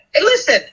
Listen